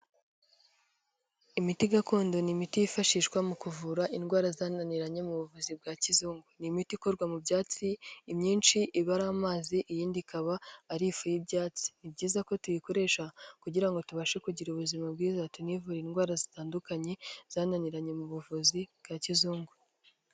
Imiti gakondo ni imiti yifashishwa mu kuvura indwara zananiranye mu buvuzi bwa kizungu. Ni imiti ikorwa mu byatsi, imyinshi iba ari amazi iyindi ikaba ari ifu y'ibyatsi. Ni byiza ko tuyikoresha kugira ngo tubashe kugira ubuzima bwiza, tunivure indwara zitandukanye zananiranye mu buvuzi bwa kizungu.